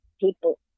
people